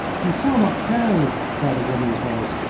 you shall not go! cried a woman's voice.